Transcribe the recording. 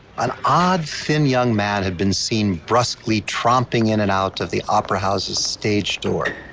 an odd, thin young man had been seen brusquely tromping in and out of the opera house's stage door.